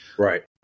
Right